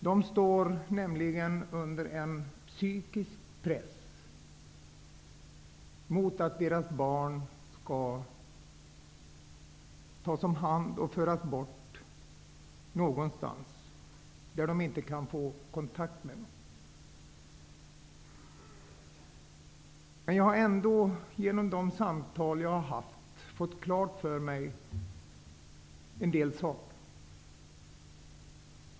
De står nämligen under en psykisk press inför att deras barn skall tas omhand och föras bort någonstans där de inte kan få kontakt med dem. Genom de samtal som jag har haft har jag ändå fått en del klart för mig.